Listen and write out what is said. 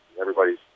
everybody's